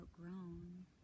outgrown